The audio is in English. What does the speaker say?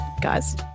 Guys